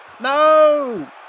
No